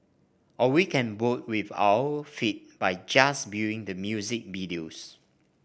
or we can vote with our feet by just viewing the music videos